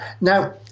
Now